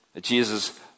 Jesus